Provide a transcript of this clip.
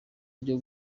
ryo